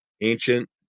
ancient